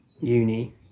uni